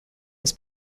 was